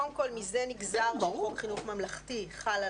קודם כל מזה נגזר שחוק חינוך ממלכתי חל על